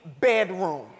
bedroom